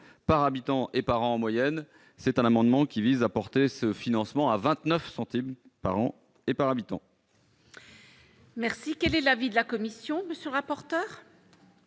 par habitant et par an en moyenne c'est un amendement qui vise à porter ce financement à 29 centimes par an et par habitant. Merci, quel est l'avis de la commission, monsieur le rapporteur.